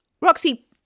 Roxy